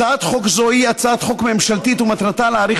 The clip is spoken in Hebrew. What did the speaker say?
הצעת חוק זו היא הצעת חוק ממשלתית ומטרתה להאריך